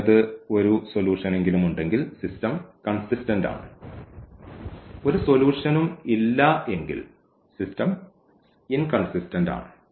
കുറഞ്ഞത് ഒരു സൊല്യൂഷൻ എങ്കിലും ഉണ്ടെങ്കിൽ സിസ്റ്റം കൺസിസ്റ്റന്റ് ആണ് ഒരു സൊലൂഷനും ഇല്ല എങ്കിൽ സിസ്റ്റം ഇൻകൺസിസ്റ്റന്റ് ആണ്